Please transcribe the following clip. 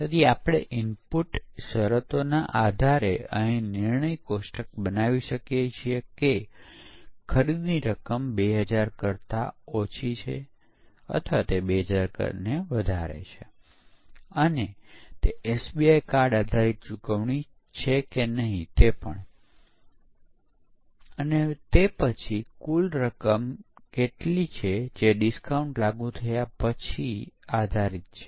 તે મૂળભૂત રીતે પરીક્ષકે પ્રથમ વખત પરીક્ષણના કેસોની રચના કરવાની રહેશે અને તે પણ નિર્ણય લેવો પડશે કે તે પાસ છે કે નિષ્ફળ છે અને તેના આધારે પરીક્ષણ પરીક્ષણ ઇનપુટ મેળવે છે અને તે નક્કી કરે છે કે બીજી વખતમાં તે પાસ છે અથવા નિષ્ફળ છે